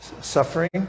suffering